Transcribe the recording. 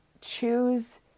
choose